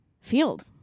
field